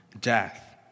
death